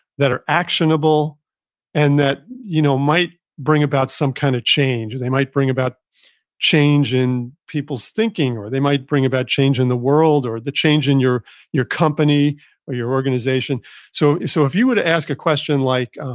that are actionable and that you know might bring about some kind of change or they might bring about change in people's thinking or they might bring about change in the world or the change in your your company or your organization so so if you would have asked a question like,